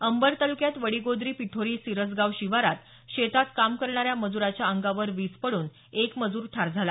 अंबड तालुक्यात वडीगोद्री पिठोरी सिरसगाव शिवारात शेतात काम करणाऱ्या मजुराच्या अंगावर वीज पडून एक मजूर ठार झाला